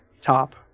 top